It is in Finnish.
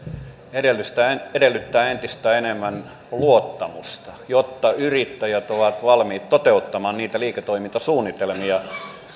edellyttää entistä enemmän luottamusta jotta yrittäjät ovat valmiita toteuttamaan niitä liiketoimintasuunnitelmia